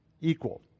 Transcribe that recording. equal